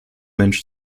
mensch